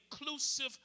inclusive